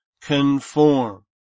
Conform